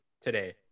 today